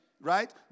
right